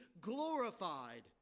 glorified